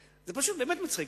זה פשוט באמת מצחיק.